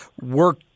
work